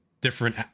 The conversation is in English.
different